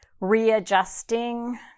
readjusting